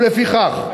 ולפיכך,